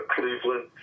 Cleveland